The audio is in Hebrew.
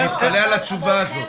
אני מתפלא על התשובה הזאת.